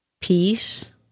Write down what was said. peace